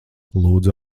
lūdzu